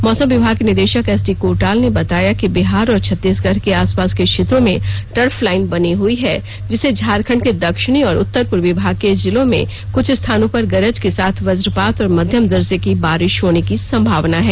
मौसम विमाग के निदेशक एसडी कोटाल ने बताया कि बिहार और छत्तीसगढ़ के आसपास के क्षेत्रों में टर्फ लाइन बनी हुई है जिससे झारखंड के दक्षिणी और उत्तर पूर्वी भाग के जिलों में कुछ स्थानों पर गरज के साथ वजपात और मध्यम दर्जे की बारिश होने की संभावना है